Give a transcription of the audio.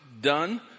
done